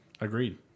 agreed